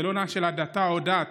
זה לא עניין של הדתה או דת